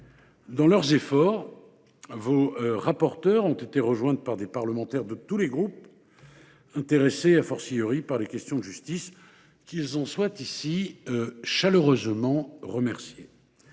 Dans leurs efforts, vos rapporteures ont été rejointes par des parlementaires de tous les groupes, intéressés par les questions de justice. Qu’ils en soient ici chaleureusement remerciés.